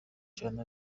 cyane